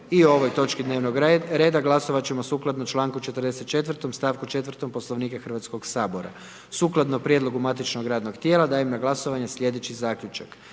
O ovoj točki dnevnog reda glasovati ćemo sukladno članku 44., stavku 4. Poslovnika Hrvatskoga sabora. Sukladno prijedlogu matičnog radnog tijela dajem na glasovanje sljedeći Zaključak.